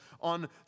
on